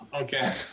okay